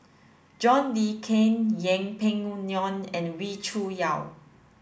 John Le Cain Yeng Pway Ngon and Wee Cho Yaw